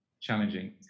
challenging